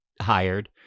hired